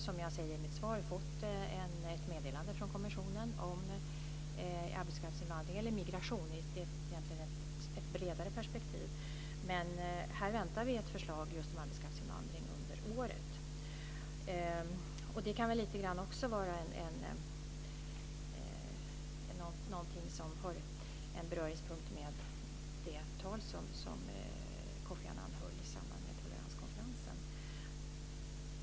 Som jag säger i mitt svar har vi fått ett meddelande från kommissionen om arbetskraftsinvandring, eller migration i ett bredare perspektiv. Vi väntar ett förslag om arbetskraftsinvandring under året. Det kan ha en beröringspunkt med det tal som Kofi Annan höll i samband med toleranskonferensen.